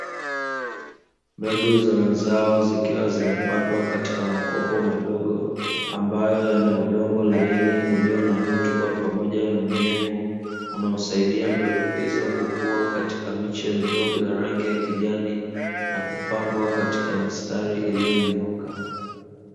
Mbegu za mazao zikiwa zimepandwa katika makopo madogo ambayo yana udongo laini ulio na rutuba pamoja na unyevu, unaosaidia mbegu hizo kukua katika miche midogo ya rangi ya kijani na kupangwa katika mistari iliyonyooka.